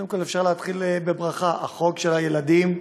קודם כול, אפשר להתחיל בברכה: החוק של הילדים עבר,